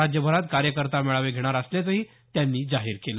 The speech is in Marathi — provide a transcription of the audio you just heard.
राज्यभरात कार्यकर्ता मेळावे घेणार असल्याचंही त्यांनी जाहीर केलं